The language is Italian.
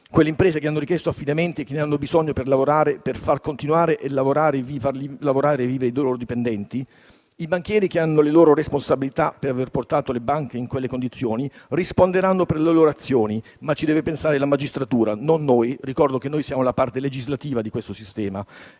quelle imprese che hanno richiesto affidamenti perché ne hanno bisogno per lavorare e far continuare a lavorare e vivere i loro dipendenti, i banchieri che hanno le loro responsabilità per aver portato le banche in quelle condizioni risponderanno delle loro azioni. Deve, però, pensarci la magistratura, e non noi. Ricordo che noi siamo la parte legislativa di questo sistema.